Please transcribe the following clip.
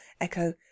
echo